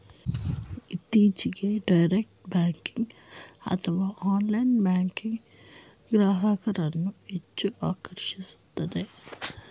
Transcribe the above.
ಇತ್ತೀಚೆಗೆ direct banking ಅಥವಾ online banking ಗ್ರಾಹಕರನ್ನು ಹೆಚ್ಚು ಆಕರ್ಷಿಸುತ್ತಿದೆ